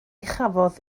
chafodd